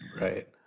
Right